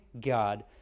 God